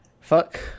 Fuck